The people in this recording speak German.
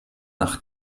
bis